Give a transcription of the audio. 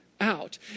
out